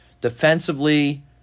Defensively